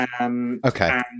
Okay